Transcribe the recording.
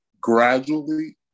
gradually